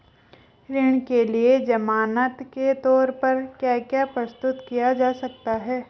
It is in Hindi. ऋण के लिए ज़मानात के तोर पर क्या क्या प्रस्तुत किया जा सकता है?